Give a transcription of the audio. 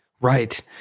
Right